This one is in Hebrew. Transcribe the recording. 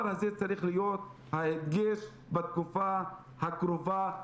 הזה צריך להיות ההדגש בתקופה הקרובה,